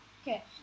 Okay